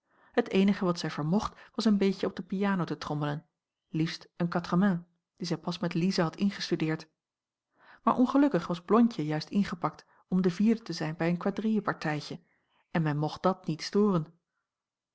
het eenige wat zij vermocht was een beetje op de piano te trommelen liefst een quatre-mains die zij pas met lize had ingestudeerd maar ongelukkig was blondje juist ingepakt om de vierde te zijn bij een quadrillepartijtje en men mocht dat niet storen